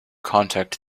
contact